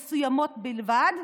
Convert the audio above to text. מסוימות בלבד.